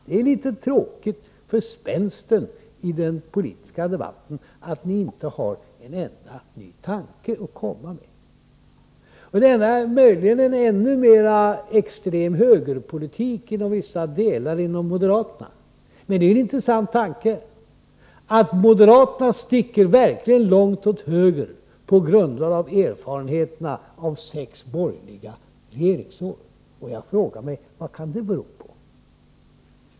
Det är litet tråkigt för spänsten i den politiska debatten att ni inte har en enda ny tanke att komma med. Möjligen kan man se en ännu mer extrem högerpolitik inom vissa delar av moderaterna. Det är en intressant tanke; Moderaterna sticker verkligen långt åt höger på grundval av erfarenheterna av sex borgerliga regeringsår. Jag frågar mig: Vad kan det bero på?